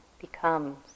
becomes